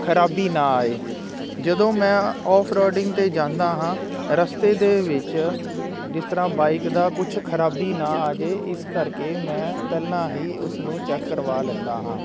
ਖ਼ਰਾਬੀ ਨਾ ਆਏ ਜਦੋਂ ਮੈਂ ਆਫਰੋਡਿੰਗ 'ਤੇ ਜਾਂਦਾ ਹਾਂ ਰਸਤੇ ਦੇ ਵਿੱਚ ਜਿਸ ਤਰ੍ਹਾਂ ਬਾਈਕ ਦਾ ਕੁਛ ਖ਼ਰਾਬੀ ਨਾ ਆ ਜਾਵੇ ਇਸ ਕਰਕੇ ਮੈਂ ਪਹਿਲਾਂ ਹੀ ਉਸਨੂੰ ਚੈੱਕ ਕਰਵਾ ਲੈਂਦਾ ਹਾਂ